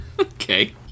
Okay